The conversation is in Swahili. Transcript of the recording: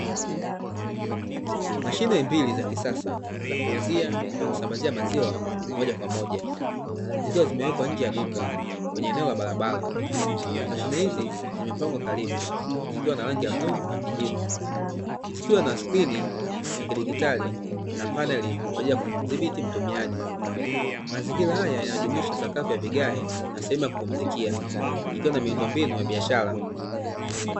Mashine mbili za kisasa za kuuzia na kusambazia maziwa moja kwa moja zikiwa zimewekwa nje ya duka kwenye eneo la barabara. Mashine hizi zimepangwa karibu zikiwa na rangi ya bluu na kijivu. Zikiwa na skrini ya kidigitali na paneli kwa ajili ya kumdhibiti mtumiaji. Mazingira haya yanajumuisha sakafu ya vigae na sehemu ya kupumzikia, ikiwa na miundombinu ya biashara.